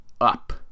up